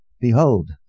Behold